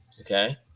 okay